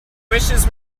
wishes